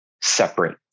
separate